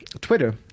Twitter